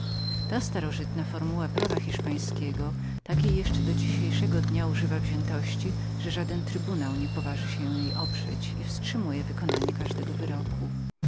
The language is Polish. ta formuła prawa hiszpańskiego takiej jeszcze do dzisiejszego dnia używa wziętości że żaden trybunał nie poważy się jej oprzeć i wstrzymuje wykonanie każdego wyroku